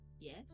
yes